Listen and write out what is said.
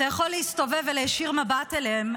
אתה יכול להסתובב ולהישיר מבט אליהם,